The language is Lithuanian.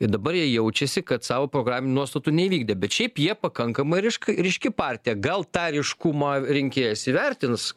ir dabar jie jaučiasi kad savo programinių nuostatų neįvykdė bet šiaip jie pakankamai ryška ryški partija gal tą ryškumą rinkėjas įvertins